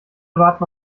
warten